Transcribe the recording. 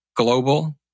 Global